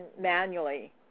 manually